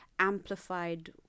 amplified